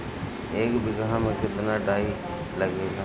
एक बिगहा में केतना डाई लागेला?